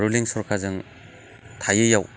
ruling सरखारजों थायैयाव